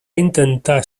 intentar